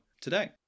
today